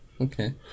Okay